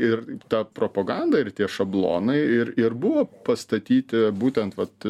ir ta propaganda ir tie šablonai ir ir buvo pastatyti būtent vat